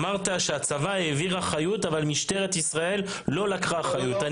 אמרת שהצבא העביר אחריות אבל משטרת ישראל לא לקחה אחריות.